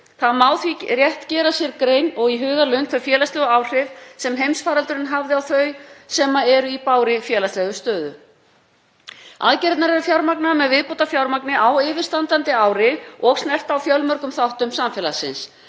Það má því rétt gera sér í hugarlund þau félagslegu áhrif sem heimsfaraldurinn hafði á þau sem eru í bágri félagslegri stöðu. Aðgerðirnar eru fjármagnaðar með viðbótarfjármagni á yfirstandandi ári og snerta á fjölmörgum þáttum samfélagsins.